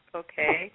okay